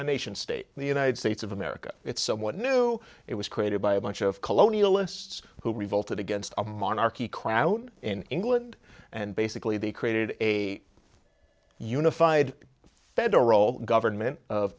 in the united states of america it's somewhat new it was created by a bunch of colonialists who revolted against a monarchy crowd in england and basically they created a unified federal government of